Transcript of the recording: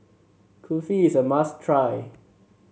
kulfi is a must try